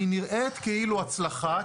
היא נראית כאילו הצלחה,